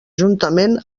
juntament